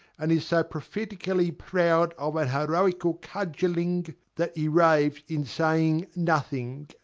and is so prophetically proud of an heroical cudgelling that he raves in saying nothing.